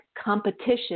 competition